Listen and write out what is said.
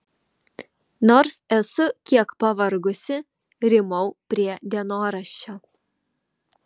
nors esu kiek pavargusi rymau prie dienoraščio